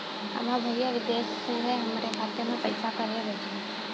हमार भईया विदेश से हमारे खाता में पैसा कैसे भेजिह्न्न?